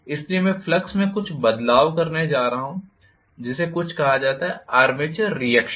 इसलिए मैं फ्लक्स में कुछ बदलाव करने जा रहा हूं जिसे कुछ कहा जाता है आर्मेचर रीएक्शन